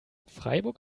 freiburg